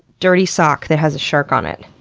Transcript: dirty sock that has a shark on it,